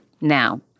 now